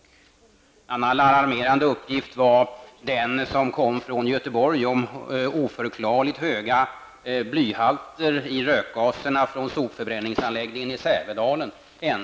En annan alarmerande uppgift var den som kom från Sävedalen.